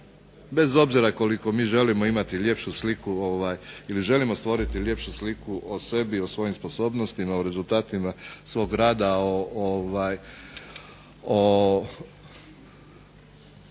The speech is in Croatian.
Bez obzira koliko mi želimo imati ljepšu sliku ili želimo stvoriti ljepšu sliku o sebi, o svojim sposobnostima, o rezultatima svog rada, o